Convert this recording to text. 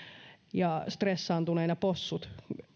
ja stressaantuneina possut